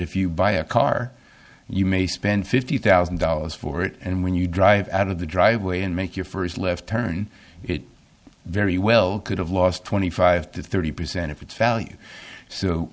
if you buy a car you may spend fifty thousand dollars for it and when you drive out of the driveway and make your first left turn it very well could have lost twenty five to thirty percent of its value so